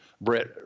Brett